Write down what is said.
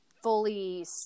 fully